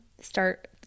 start